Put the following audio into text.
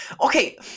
Okay